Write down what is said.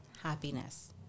happiness